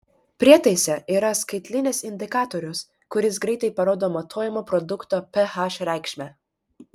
prietaise yra skaitlinis indikatorius kuris greitai parodo matuojamo produkto ph reikšmę